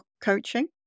coaching